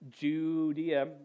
Judea